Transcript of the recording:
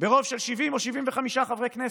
ברוב של 70 או 75 חברי כנסת.